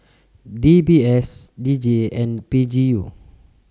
D B S D J and P G U